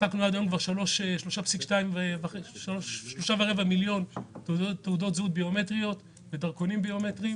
הנפקנו עד היום 3 מיליון תעודות זהות ודרכונים ביומטריים.